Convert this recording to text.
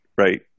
Right